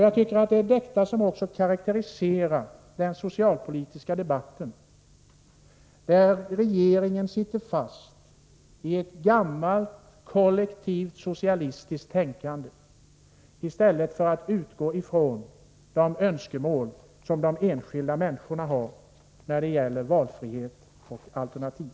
Jag tycker att det är detta som också karakteriserar den socialpolitiska debatten, där regeringen sitter fast i ett gammalt kollektivt socialistiskt tänkande i stället för att utgå från de önskemål som de enskilda människorna har när det gäller valfrihet och alternativ.